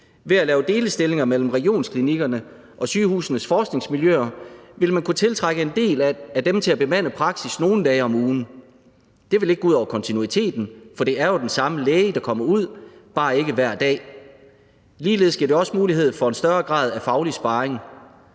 Ved at lave delestillinger mellem regionsklinikkerne og sygehusenes forskningsmiljøer vil man kunne tiltrække en del af dem til at bemande praksis nogle dage om ugen. Det vil ikke gå ud over kontinuiteten, for det er jo den samme læge, der kommer ud, bare ikke hver dag. Ligeledes giver det også mulighed for en større grad af faglig sparring,